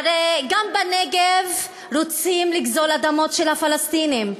הרי גם בנגב רוצים לגזול אדמות של הפלסטינים,